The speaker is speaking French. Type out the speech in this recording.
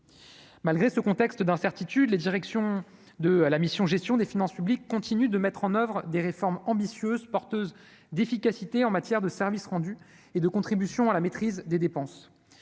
malgré ce contexte d'incertitude, les directions de à la mission Gestion des finances publiques continuent de mettre en oeuvre des réformes ambitieuses, porteuses d'efficacité en matière de services rendus et de contribution à la maîtrise des dépenses,